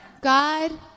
God